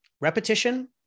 repetition